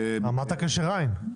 אמרת קשר עין.